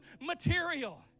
material